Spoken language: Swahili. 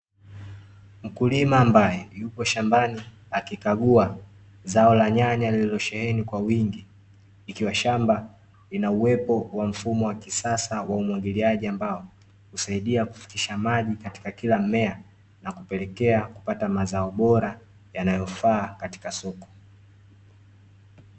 Mkulima ambaye, yupo shambani akikagua zao la nyanya lililosheheni kwa wingi, ikiwa shamba lina uwepo wa mfumo wa kisasa wa umwagiliaji ambao, husaidia kufikisha maji katika kila mmea, na kupelekea kupata mazao bora, yanayofaa katika soko.